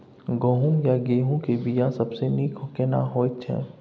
गहूम या गेहूं के बिया सबसे नीक केना होयत छै?